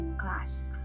class